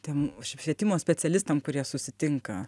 tiem švietimo specialistam kurie susitinka